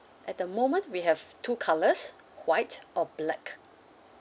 at the moment we have two colours white or black